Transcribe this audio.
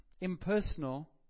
impersonal